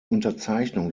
unterzeichnung